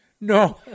No